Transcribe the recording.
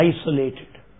isolated